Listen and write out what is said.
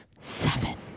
seven